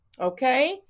okay